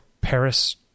Paris